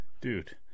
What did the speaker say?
Dude